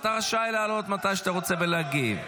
אתה רשאי לעלות מתי שאתה רוצה ולהגיב.